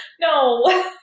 No